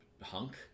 hunk